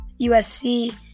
USC